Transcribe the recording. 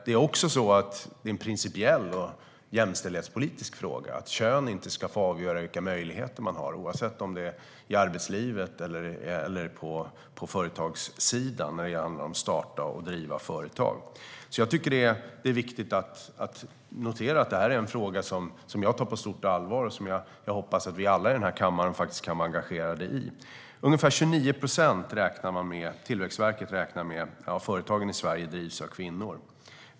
Det är också en principiell och jämställdhetspolitisk fråga. Kön ska inte få avgöra vilka möjligheter som man har att starta och driva företag, oavsett om det är i arbetslivet eller på företagssidan. Jag tycker att det är viktigt att notera att det här är en fråga som jag tar på stort allvar och som jag hoppas att vi alla i den här kammaren är engagerade i. Tillväxtverket räknar med att ungefär 29 procent av företagen i Sverige drivs av kvinnor.